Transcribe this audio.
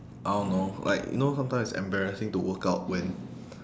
I don't know like you know sometimes it's embarrassing to workout when